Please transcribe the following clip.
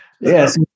Yes